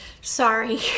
Sorry